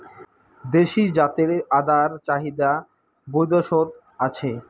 দেশী জাতের আদার চাহিদা বৈদ্যাশত আছে